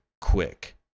quick